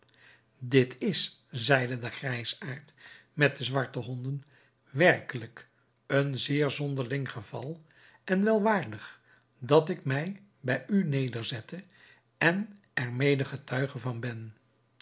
dit is zeide de grijsaard met de zwarte honden werkelijk een zeer zonderling geval en wel waardig dat ik mij bij u nederzette en er mede getuige van ben